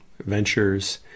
ventures